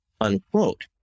unquote